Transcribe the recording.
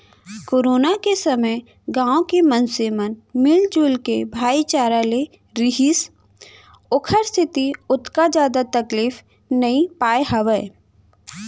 corona के समे गाँव के मनसे मन मिलजुल के भाईचारा ले रिहिस ओखरे सेती ओतका जादा तकलीफ नइ पाय हावय